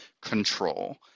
control